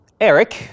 Eric